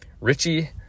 richie